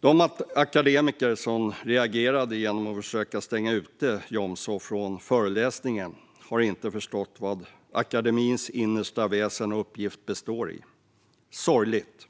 De akademiker som reagerade genom att försöka stänga ute Jomshof från föreläsningen har inte förstått vad akademins innersta väsen och uppgift består i - sorgligt!